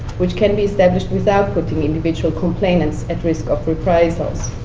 which can be established without putting individual complainants at risk of reprisals.